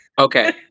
Okay